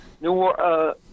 New